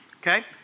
Okay